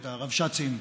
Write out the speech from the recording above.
את הרב"שצים,